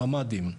ממ"דים.